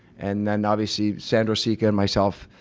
and then obviously sandro seca and myself